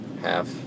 Half